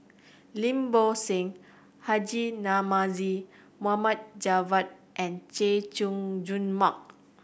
Lim Bo Seng Haji Namazie Mohd Javad and Chay Jung Jun Mark